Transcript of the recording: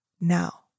now